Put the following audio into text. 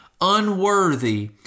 unworthy